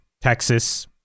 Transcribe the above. Texas